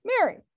Mary